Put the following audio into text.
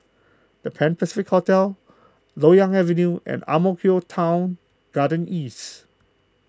the Pan Pacific Hotel Loyang Avenue and Ang Mo Kio Town Garden East